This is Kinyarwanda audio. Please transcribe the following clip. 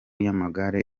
y’amagare